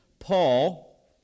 Paul